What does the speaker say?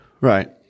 Right